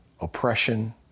oppression